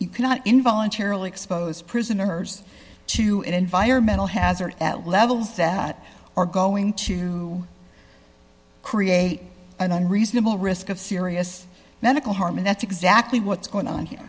you cannot in voluntarily expose prisoners to an environmental hazard at levels that are going to create an unreasonable risk of serious medical harm and that's exactly what's going on here